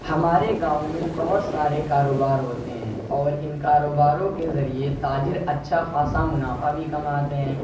ہمارے گاؤں میں بہت سارے کاروبار ہوتے ہیں اور ان کاروباروں کے ذریعہ تاجر اچھا خاصہ منافع بھی کماتے ہیں